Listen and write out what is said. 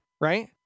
right